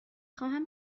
خواهم